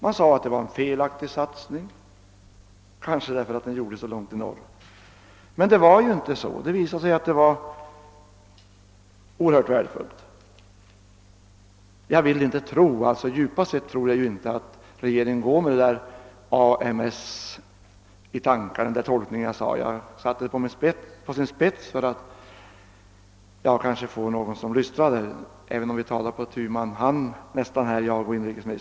Man sade att det var en felaktig satsning, kanske därför att den gjordes så långt i norr. Men det var inte så; det har visat sig att den var oerhört värdefull. Djupast sett tror jag inte att regeringen går med AMS — i den tolkning jag angav — i tankarna. Jag spetsade till det litet för att få någon att lystra, även om jag och inrikesministern nästan är på tu man hand här i dag.